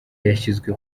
yashyizwe